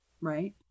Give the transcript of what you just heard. right